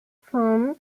from